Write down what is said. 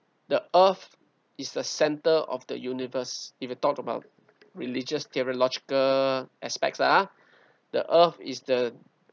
the earth is the center of the universe if you talk about religious theological aspects are the earth is the